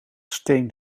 steen